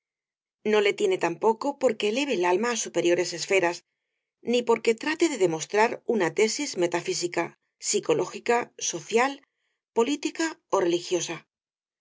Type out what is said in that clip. no le tiene tampoco porque eleve el alma á superiores esferas ni porque trate de demostrar una tesis metafísica psicológica social política ó religiosa